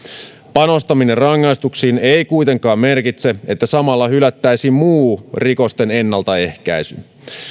panostaminen rangaistuksiin ei kuitenkaan merkitse että samalla hylättäisiin muu rikosten ennaltaehkäisy